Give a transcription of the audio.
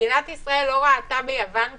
מדינת ישראל לא ראתה ביוון כאדומה.